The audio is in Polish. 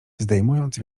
zdejmując